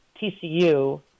TCU –